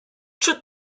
czy